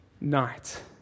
night